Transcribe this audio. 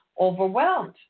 overwhelmed